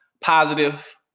positive